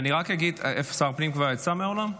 שר הפנים כבר יצא מהאולם?